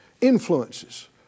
influences